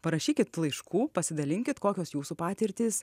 parašykit laiškų pasidalinkit kokios jūsų patirtys